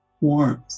warmth